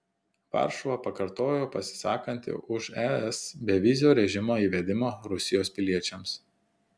varšuva pakartojo pasisakanti už es bevizio režimo įvedimą rusijos piliečiams